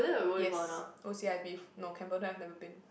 yes O c_i_p no Cambodia I've never been